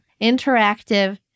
interactive